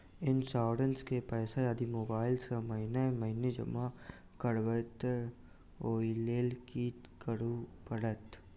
Insurance केँ पैसा यदि मोबाइल सँ महीने महीने जमा करबैई तऽ ओई लैल की करऽ परतै?